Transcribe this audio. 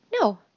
No